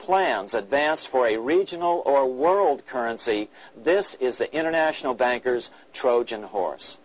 plans advanced for a regional or world currency this is the international bankers trojan horse